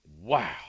Wow